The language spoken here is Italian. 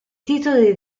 titoli